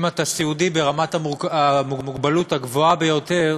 אם אתה סיעודי ברמת המוגבלות הגבוהה ביותר,